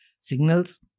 signals